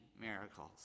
miracles